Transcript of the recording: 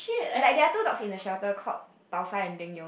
like there are two dogs in the shelter called tau sa and ling yong